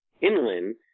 inland